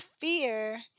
fear